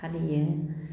फालियो